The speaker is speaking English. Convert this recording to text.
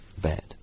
bad